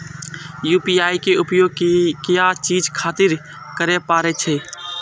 UPI के उपयोग किया चीज खातिर करें परे छे?